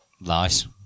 Nice